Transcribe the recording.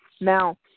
Now